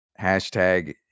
hashtag